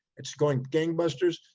it's going gangbusters.